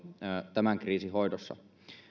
tämän kriisin hoidossa